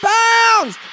pounds